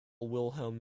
wilhelm